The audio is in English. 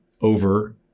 over